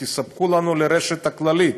תספקו לנו לרשת הכללית.